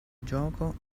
gioco